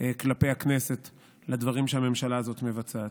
כלפי הכנסת לדברים שהממשלה הזאת מבצעת.